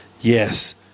Yes